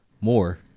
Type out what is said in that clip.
more